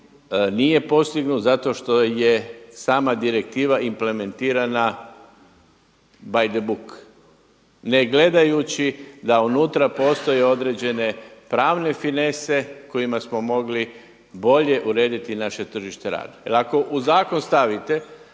nije postignut zato što je sama direktiva implementirana by the book ne gledajući da unutra postoje određenje pravne finese kojima smo mogli bolje urediti naše tržište rada. Jer ako u zakon stavite